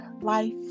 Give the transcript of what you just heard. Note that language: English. life